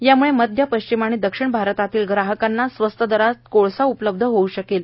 यामूळं मध्य पश्चिम आणि दक्षिण भारतातील ग्राहकांना स्वस्त दरात कोळसा उपलब्ध होऊ शकेल